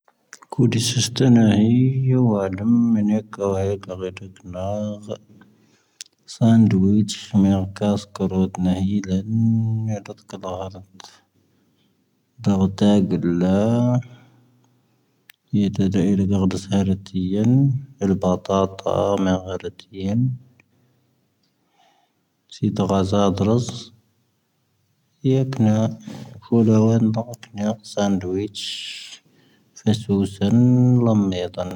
ⵄ.